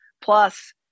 Plus